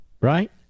right